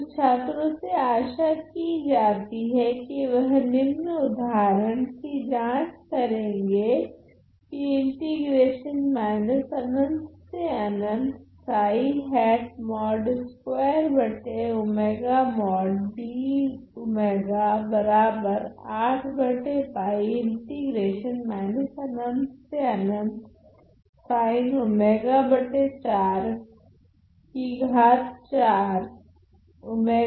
तो छात्रो से आशा की जाती है की वह निम्न उदाहरण की जांच करेगे